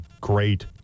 great